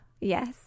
Yes